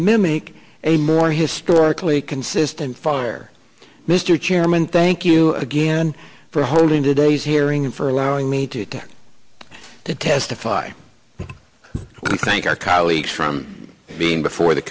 mimic a more historically consistent fire mr chairman thank you again for holding today's hearing and for allowing me to take to testify thank our colleagues from being before the